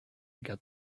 got